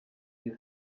die